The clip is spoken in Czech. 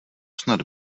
snad